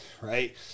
right